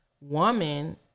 woman